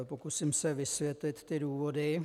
Pokusím se vysvětlit důvody.